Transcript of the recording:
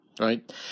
right